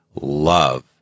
love